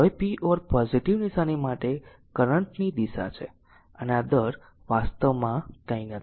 હવે p or positive નિશાની માટે કરંટ ની દિશા છે અને આ દર વાસ્તવમાં કંઈ નથી